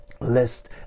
list